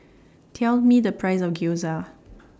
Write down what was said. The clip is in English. Tell Me The Price of Gyoza